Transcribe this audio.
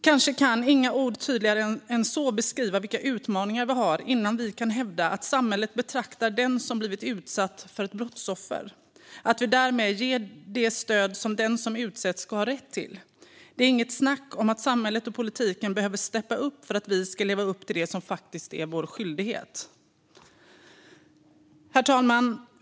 Kanske kan inga ord tydligare än så beskriva vilka utmaningar vi har innan vi kan hävda att samhället betraktar den som blivit utsatt som ett brottsoffer och att vi därmed ger det stöd som den som utsätts ska ha rätt till. Det är inget snack om att samhället och politiken behöver steppa upp för att vi ska leva upp till det som faktiskt är vår skyldighet. Herr talman!